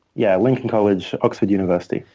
yeah, lincoln college, oxford university.